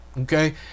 Okay